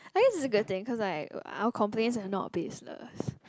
i guess is a good thing cause like our complaints are not baseless